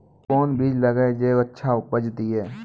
कोंन बीज लगैय जे अच्छा उपज दिये?